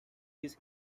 his